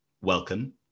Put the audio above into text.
Welcome